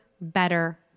better